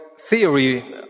theory